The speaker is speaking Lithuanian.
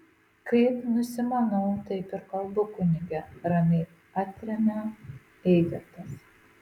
kaip nusimanau taip ir kalbu kunige ramiai atremia eigirdas